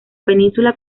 península